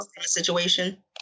situation